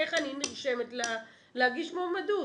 איך אני נרשמת להגיש מועמדות?